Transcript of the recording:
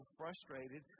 frustrated